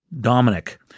Dominic